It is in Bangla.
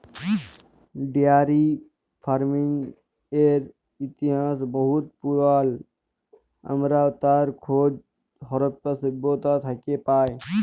ডেয়ারি ফারমিংয়ের ইতিহাস বহুত পুরাল আমরা তার খোঁজ হরপ্পা সভ্যতা থ্যাকে পায়